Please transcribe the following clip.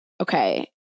okay